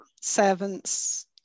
servants